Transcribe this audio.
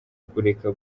kureka